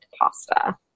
pasta